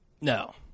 No